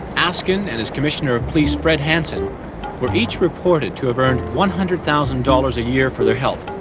askin and his commissioner of police fred hansen were each reported to have earned one hundred thousand dollars a year for their help.